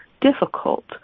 difficult